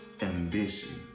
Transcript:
ambition